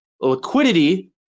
liquidity